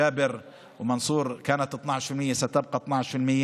ג'אבר ומנסור מתגוררים במע'אר,